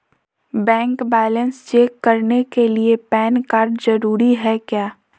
Bank balance check करने के लिए पैन कार्ड जरूरी है क्या?